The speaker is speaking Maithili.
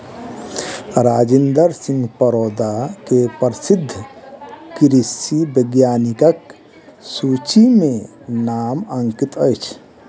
राजेंद्र सिंह परोदा के प्रसिद्ध कृषि वैज्ञानिकक सूचि में नाम अंकित अछि